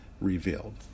revealed